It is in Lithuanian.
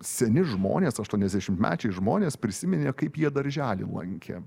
seni žmonės aštuoniasdešimtmečiai žmonės prisiminė kaip jie darželį lankė